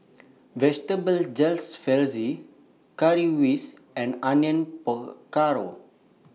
Vegetable Jalfrezi Currywurst and Onion Pakora